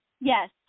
Yes